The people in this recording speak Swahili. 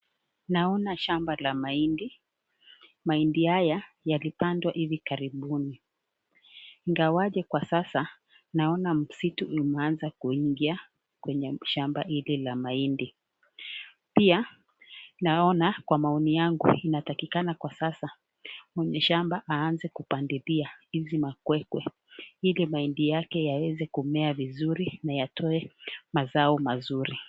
Naona shamba la mahindi, mahindi haya yalipandwa hivi karibuni ingawaje kwa sasa naona msitu inaanza kuingia kwenye shamba hili la mahindi, pia naona kwa maoni yangu inatakikana kwa sasa mwenye shamba aanze kupalilia hizi makwekwe ili mahindi yake yaweze kumea vizuri na yatoe mazao mazuri.